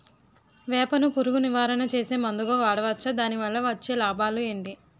వేప ను పురుగు నివారణ చేసే మందుగా వాడవచ్చా? దాని వల్ల వచ్చే లాభాలు ఏంటి?